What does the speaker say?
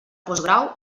postgrau